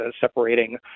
separating